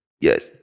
Yes